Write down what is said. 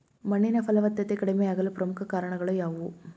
ಮಣ್ಣಿನ ಫಲವತ್ತತೆ ಕಡಿಮೆಯಾಗಲು ಪ್ರಮುಖ ಕಾರಣಗಳು ಯಾವುವು?